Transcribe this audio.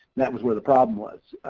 that was where the problem was.